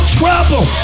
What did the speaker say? trouble